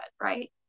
right